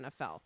NFL